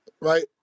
Right